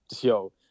yo